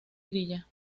grilla